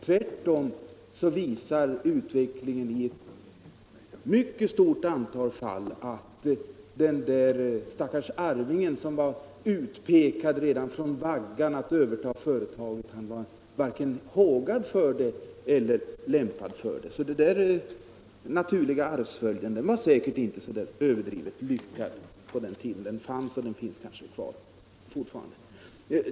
Tvärtom visar utvecklingen i ett mycket stort antal fall att den där stackars arvingen, som var utpekad redan från vaggan att överta företaget, var varken hågad eller lämpad för det. Den naturliga arvsföljden var säkert inte så överdrivet lyckad på sin tid — och den finns kanske fortfarande.